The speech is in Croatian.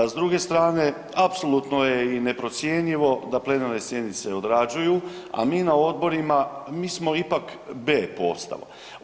S druge strane apsolutno je i neprocjenjivo da plenarne sjednice odrađuju, a mi na odborima mi smo ipak B postav.